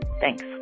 Thanks